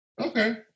Okay